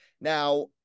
Now